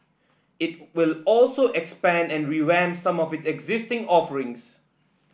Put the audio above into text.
it will also expand and revamp some of its existing offerings